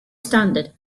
standard